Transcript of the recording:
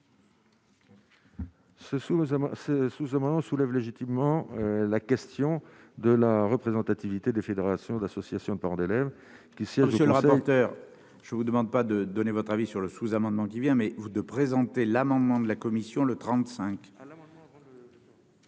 ce sous-amendement soulève légitimement la question de la représentativité des fédérations d'associations de parents d'élèves qui tient monsieur le rapporteur. Je vous demande pas de donner votre avis sur le sous-amendement qui vient mais de présenter l'amendement de la commission le 35.